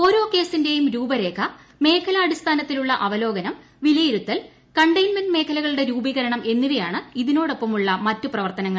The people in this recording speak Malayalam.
ഓരോ കേസിന്റെയും രൂപരേഖ മേഖലാടിസ്ഥാനത്തിലുള്ള അവലോകനം വിലയിരുത്തൂൽ കണ്ടെയിൻമെന്റ് മേഖലകളുടെ രൂപീകരണം എന്നിവയാണ് ഇതിനോടൊപ്പമുള്ള മറ്റ് പ്രവർത്തനങ്ങൾ